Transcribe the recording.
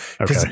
Okay